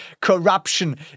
corruption